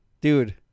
Dude